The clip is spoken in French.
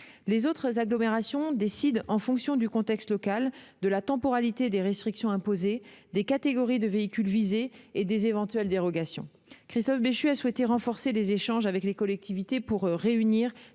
Les autres agglomérations décident, en fonction du contexte local, de la temporalité des restrictions imposées, des catégories de véhicules visées et des éventuelles dérogations. Christophe Béchu a souhaité renforcer les échanges avec les collectivités pour réunir